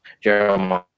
Jeremiah